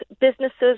Businesses